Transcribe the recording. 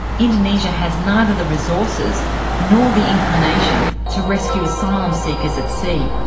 indonesia has neither the resources nor the inclination to rescue asylum seekers at sea.